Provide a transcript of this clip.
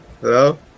Hello